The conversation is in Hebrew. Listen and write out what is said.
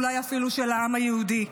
אולי אפילו של העם היהודי.